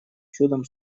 чудом